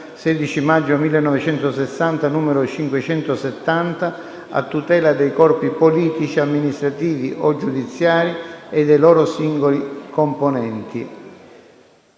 16 maggio 1960, n. 570, a tutela dei Corpi politici, amministrativi o giudiziari e dei loro singoli componenti».